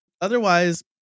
Otherwise